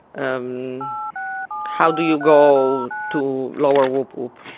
um how do you go to lower woop-woop?